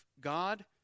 God